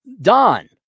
Don